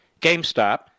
GameStop